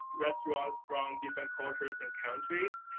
restaurants from different cultures and countries.